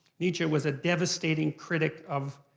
nietzsche was a devastating critic of,